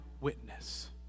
witness